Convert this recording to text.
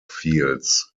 fields